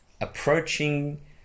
approaching